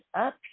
up